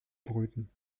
brüten